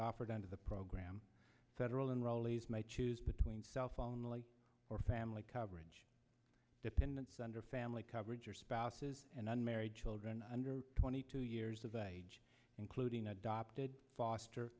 offered under the program federal and rowley's may choose between cell phone like or family coverage dependents under family coverage or spouses and unmarried children under twenty two years of age including adopted foster